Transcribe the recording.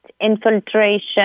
infiltration